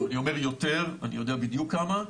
אני אומר יותר, אני יודע בדיוק כמה,